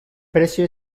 precio